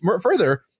further